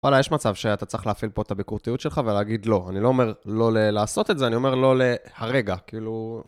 וואלה, יש מצב שאתה צריך להפעיל פה את הביקורתיות שלך ולהגיד לא. אני לא אומר לא לעשות את זה, אני אומר לא להרגע, כאילו...